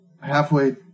Halfway